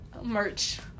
merch